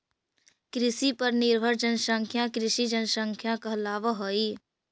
कृषि पर निर्भर जनसंख्या कृषि जनसंख्या कहलावऽ हई